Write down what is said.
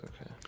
okay